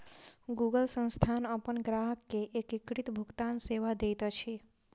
Google संस्थान अपन ग्राहक के एकीकृत भुगतान सेवा दैत अछि